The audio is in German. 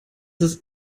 ist